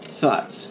thoughts